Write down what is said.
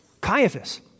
Caiaphas